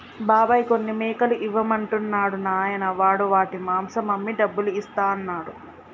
బాబాయ్ కొన్ని మేకలు ఇవ్వమంటున్నాడు నాయనా వాడు వాటి మాంసం అమ్మి డబ్బులు ఇస్తా అన్నాడు